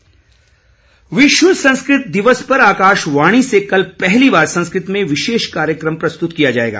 संस्कृत दिवस विश्व संस्कृत दिवस पर आकाशवाणी से कल पहली बार संस्कृत में विशेष कार्यक्रम प्रस्तृत किया जाएगा